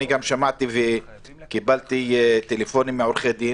שמעתי וקיבלתי טלפונים מעורכי דין